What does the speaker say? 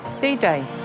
D-Day